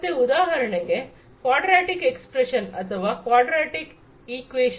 ಮತ್ತೆ ಉದಾಹರಣೆಗೆ quadratic expression ಅಥವಾ ಕ್ವಾಡ್ರಾಟಿಕ್ ಈಕ್ವೇಶನ್